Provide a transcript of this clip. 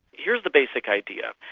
here's the basic idea.